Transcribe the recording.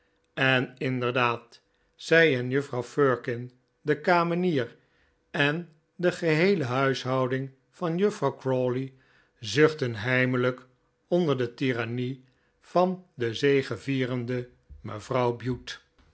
en inderdaad zij en juffrouw firkin de kamenier en de geheele huishouding van juffrouw crawley zuchtten heimelijk onder de tirannie van de zegevierende mevrouw bute